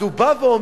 אז הוא בא ואומר: